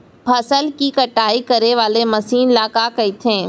फसल की कटाई करे वाले मशीन ल का कइथे?